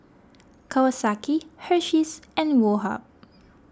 Kawasaki Hersheys and Woh Hup